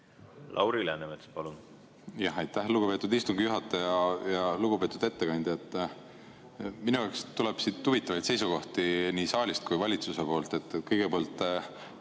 Lauri Läänemets, palun! Aitäh, lugupeetud istungi juhataja! Lugupeetud ettekandja! Minu jaoks tuleb siit huvitavaid seisukohti nii saalist kui ka valitsuse poolt. Kõigepealt